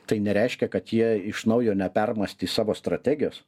tai nereiškia kad jie iš naujo nepermąstys savo strategijos